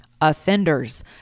Offenders